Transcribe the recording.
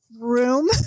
room